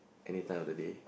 anytime of the day